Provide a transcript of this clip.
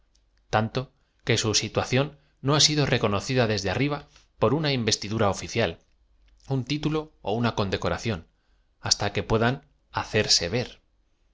tanto que su situacióa no ha sido reconocida desde arriba por una investidura oficial un tltalo ó una condecoración basta que puedad hacerse